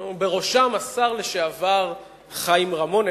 ובראשם השר לשעבר חיים רמון.